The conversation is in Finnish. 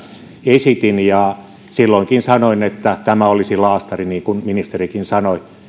esitin ja silloinkin sanoin että tämä olisi laastari niin kuin ministerikin sanoi tai voi